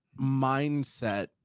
mindset